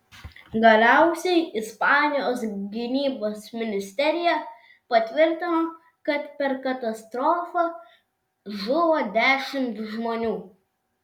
galiausiai ispanijos gynybos ministerija patvirtino kad per katastrofą žuvo dešimt žmonių